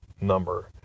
number